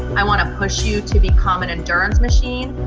i want to push you to become an endurance machine,